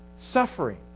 Suffering